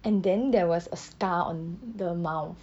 and then there was a scar on the mouth